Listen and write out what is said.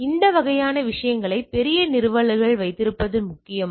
எனவே அந்த வகையான விஷயங்களை பெரிய நிறுவல்களில் வைத்திருப்பது முக்கியம்